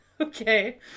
Okay